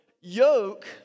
Yoke